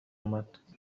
اومد